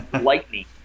lightning